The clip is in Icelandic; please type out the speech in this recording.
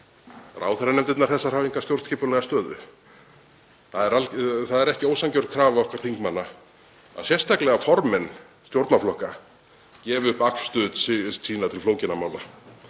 ráðherranefndirnar þessar hafa enga stjórnskipulega stöðu. Það er ekki ósanngjörn krafa okkar þingmanna að sérstaklega formenn stjórnarflokka gefi upp afstöðu sína til flókinna mála.